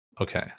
Okay